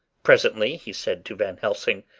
presently he said to van helsing